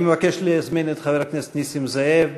אני מבקש להזמין את חבר הכנסת נסים זאב,